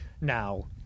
Now